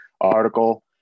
article